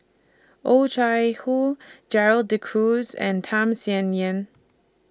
Oh Chai Hoo Gerald De Cruz and Tham Sien Yen